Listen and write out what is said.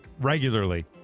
regularly